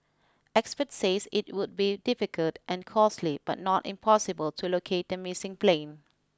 expert says it would be difficult and costly but not impossible to locate the missing plane